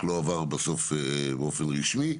רק לא עבר באופן רשמי.